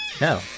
no